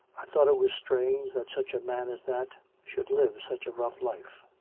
i thought it was strange that such a man as that should live such a rough life.